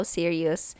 serious